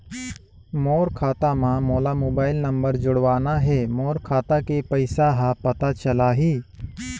मोर खाता मां मोला मोबाइल नंबर जोड़वाना हे मोर खाता के पइसा ह पता चलाही?